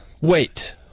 Wait